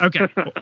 Okay